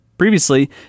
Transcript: Previously